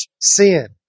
sin